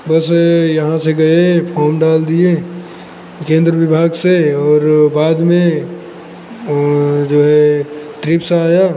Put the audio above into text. बस यहाँ से गए फॉर्म डाल दिए केंद्र विभाग से और बाद में जो है ट्रिप्स आया